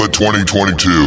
2022